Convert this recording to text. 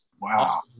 Wow